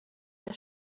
der